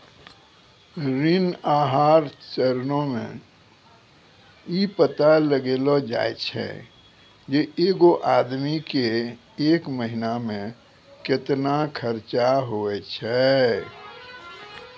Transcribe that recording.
ऋण आहार चरणो मे इ पता लगैलो जाय छै जे एगो आदमी के एक महिना मे केतना खर्चा होय छै